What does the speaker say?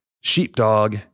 Sheepdog